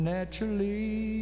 Naturally